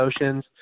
emotions